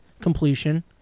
completion